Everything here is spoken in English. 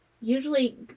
usually